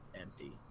empty